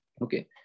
Okay